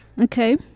Okay